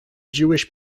jewish